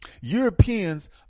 Europeans